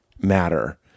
matter